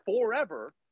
forever